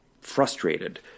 frustrated